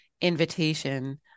invitation